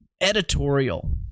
editorial